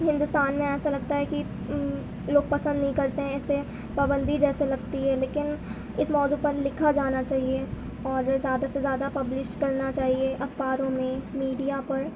ہندوستان میں ایسا لگتا ہے کہ لوگ پسند نہیں کرتے ہیں اسے پابندی جیسے لگتی ہے لیکن اس موضوع پر لکھا جانا چاہیے اور زیادہ سے زیادہ پبلش کرنا چاہیے اخباروں میں میڈیا پر